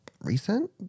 recent